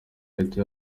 leta